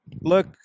look